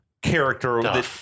character